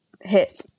hit